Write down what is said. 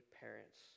parents